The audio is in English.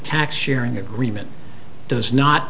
tax sharing agreement does not